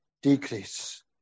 decrease